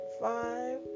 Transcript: five